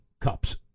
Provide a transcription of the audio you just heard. Cups